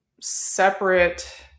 separate